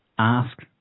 ask